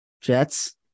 Jets